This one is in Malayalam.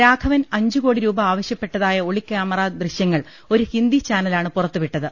രാഘവ ൻ അഞ്ചുകോടി രൂപ ആവശ്യപ്പെട്ടതായ ഒളിക്യാമറാ ദൃശ്യങ്ങൾ ഒരു ഹിന്ദി ചാനലാണ് പുറത്തുവിട്ടത്